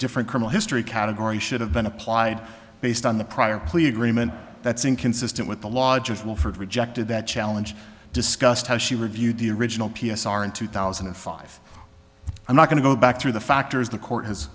different criminal history category should have been applied based on the prior plea agreement that's inconsistent with the lodges wilford rejected that challenge discussed how she reviewed the original p s r in two thousand and five i'm not going to go back through the factors the court has